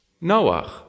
Noah